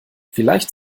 vielleicht